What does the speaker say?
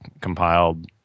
compiled